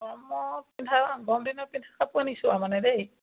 গৰমত পিন্ধা গৰম দিনৰ পিন্ধা কাপোৰ আনিছোঁ আৰু মানে দেই